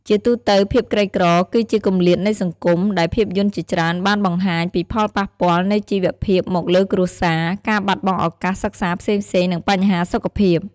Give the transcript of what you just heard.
ជាទូទៅភាពក្រីក្រ គឺជាគម្លាតនៃសង្គម ដែលភាពយន្តជាច្រើនបានបង្ហាញពីផលប៉ះពាល់នៃជីវភាពមកលើគ្រួសារ ការបាត់បង់ឱកាសសិក្សាផ្សេងៗ និងបញ្ហាសុខភាព ។